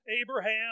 Abraham